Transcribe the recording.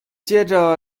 接着